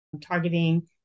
targeting